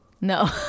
No